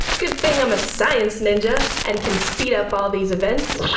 good thing i'm a science ninja and can speed up all these events.